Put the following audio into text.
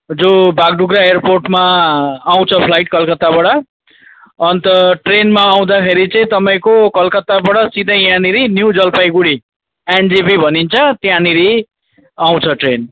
जो बागडोग्रा एयरपोर्टमा आउँछ फ्लाइट कलकत्ताबाट अन्त ट्रेनमा आउँदाखेरि चाहिँ तपाईँको कलकत्ताबाट सिधै यहाँनिर न्यू जलपाइगुडी एनजेपी भनिन्छ त्यहाँनिर आउँछ ट्रेन